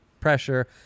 pressure